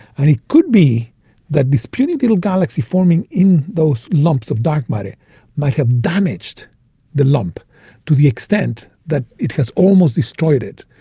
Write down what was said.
and it could be that this puny little galaxy forming in those lumps of dark matter might have damaged the lump to the extent that it has almost destroyed it.